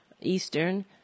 Eastern